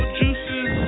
juices